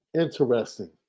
interesting